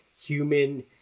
human